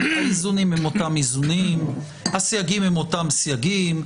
הסייגים הם זהים.